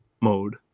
mode